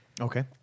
Okay